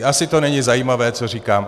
Asi to není zajímavé, co říkám.